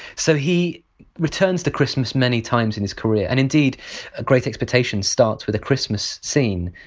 so he returns to christmas many times in his career, and indeed ah great expectations starts with a christmas scene.